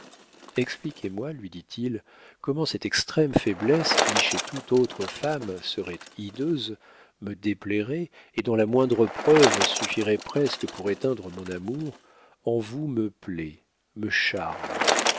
expliquez-moi lui dit-il comment cette extrême faiblesse qui chez toute autre femme serait hideuse me déplairait et dont la moindre preuve suffirait presque pour éteindre mon amour en vous me plaît me charme